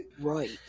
right